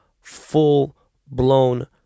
full-blown